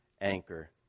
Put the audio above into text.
anchor